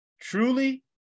Truly